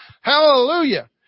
hallelujah